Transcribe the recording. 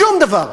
שום דבר.